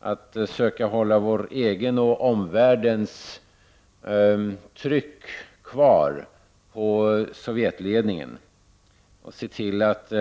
att söka hålla vårt eget och omvärl dens tryck kvar på Sovjetledningen och se till att